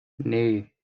nee